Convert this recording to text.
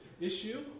issue